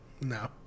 No